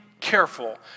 careful